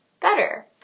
better